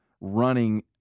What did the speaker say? running